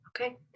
Okay